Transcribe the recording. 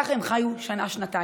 כך הם חיו שנה-שנתיים,